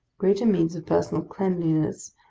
greater means of personal cleanliness,